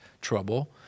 trouble